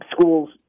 schools